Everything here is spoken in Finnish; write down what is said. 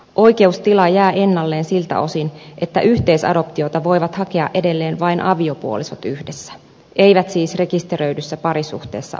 oikeustila jää ennalleen siltä osin että yhteisadoptiota voivat hakea edelleen vain aviopuolisot yhdessä eivät siis rekisteröidyssä parisuhteessa olevat